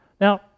Now